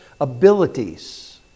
abilities